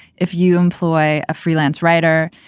if you employ a freelance writer,